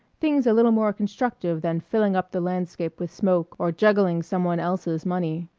things a little more constructive than filling up the landscape with smoke or juggling some one else's money.